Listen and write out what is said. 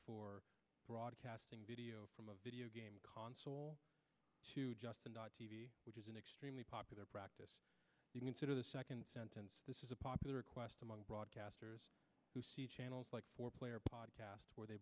for broadcasting video from a video game console to justin t v which is an extremely popular practice to consider the second sentence this is a popular request among broadcasters who see channels like for player podcast where they